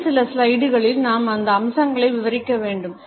அடுத்த சில ஸ்லைடுகளில் நாம் இந்த அம்சங்களை விவரிக்க வேண்டும்